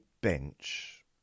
bench